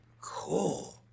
Cool